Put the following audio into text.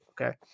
Okay